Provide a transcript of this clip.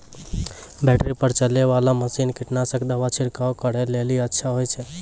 Battery पर चलै वाला मसीन कीटनासक दवा छिड़काव करै लेली अच्छा होय छै?